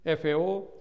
fao